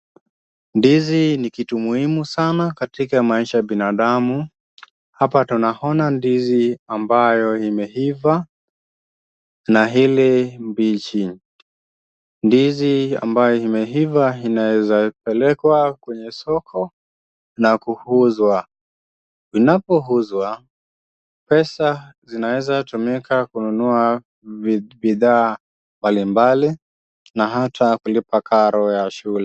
Ndizi ni kitu muhimu sana katika maisha ya binadamu. Hapa tunaona ndizi ambayo imeiva na ile mbichi. Ndizi ambayo imeiva inaweza pelekwa kwenye soko na kuuzwa. Unapouzwa pesa zinaweza tumika kununua bidhaa mbalimbali na hata kulipa karo ya shule.